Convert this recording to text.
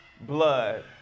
blood